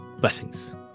Blessings